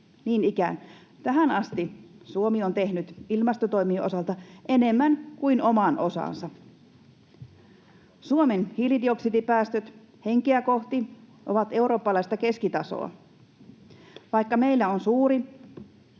Niin ikään tähän asti Suomi on tehnyt ilmastotoimien osalta enemmän kuin oman osansa. Suomen hiilidioksidipäästöt henkeä kohti ovat eurooppalaista keskitasoa, vaikka meillä on suuri